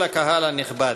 כל הקהל הנכבד,